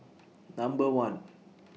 Number one